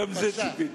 גם לזה ציפיתי.